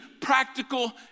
practical